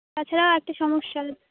তাছাড়া আর একটা সমস্যা